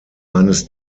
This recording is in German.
eines